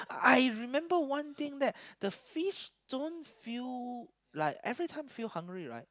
I remember one thing that the fish don't feel like every time feel hungry right